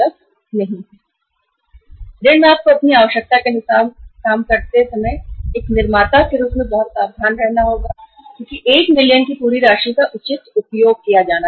ऋण में आपको एक निर्माता के रूप में अपनी आवश्यकता के अनुसार काम करते हुए बहुत सावधान रहना होगा और इस पूरे 1 मिलियन राशि का उचित उपयोग किया जाना चाहिए